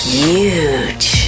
huge